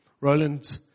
Roland